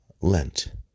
Lent